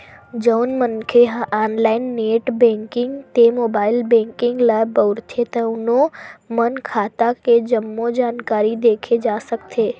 जउन मनखे ह ऑनलाईन नेट बेंकिंग ते मोबाईल बेंकिंग ल बउरथे तउनो म खाता के जम्मो जानकारी देखे जा सकथे